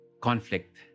Conflict